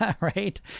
right